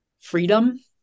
freedom